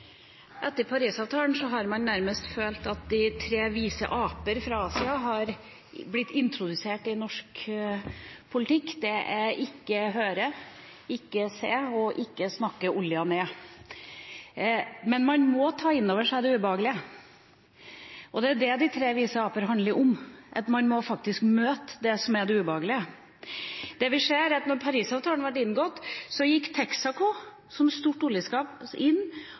Etter Paris-avtalen har man nærmest følt at de tre vise aper fra Asia har blitt introdusert i norsk politikk – det er ikke høre, ikke se og ikke snakke olja ned. Men man må ta inn over seg det ubehagelige, og det er det de tre vise aper handler om, at man faktisk må møte det som er det ubehagelige. Det vi ser, er at etter at Paris-avtalen ble inngått, gikk Texaco som stort oljeselskap inn